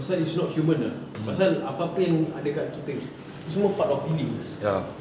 pasal it's not human pasal apa-apa yang ada dekat kita itu semua part of feelings